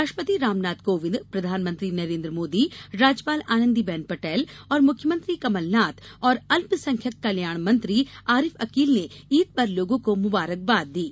राष्ट्रपति रामनाथ कोविंद प्रधानमंत्री नरेन्द्र मोदी राज्यपाल आनंदी बेन पटेल और मुख्यमंत्री कमलनाथ और अल्पसंख्यक कल्याण मंत्री आरिफ अकील ने ईद पर लोगों को मुबारकबाद दी है